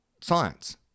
science